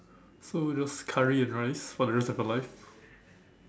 so just curry and rice for the rest of your life